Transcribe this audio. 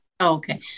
Okay